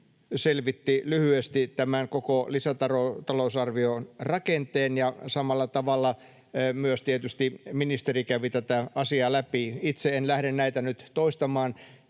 selvitti lyhyesti tämän koko lisätalousarvion rakenteen, ja samalla tavalla myös tietysti ministeri kävi tätä asiaa läpi. Itse en lähde näitä nyt toistamaan.